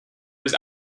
his